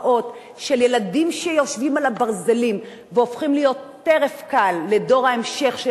התופעה של ילדים שיושבים על הברזלים והופכים להיות טרף קל לדור ההמשך של